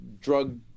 drug